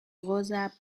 rosa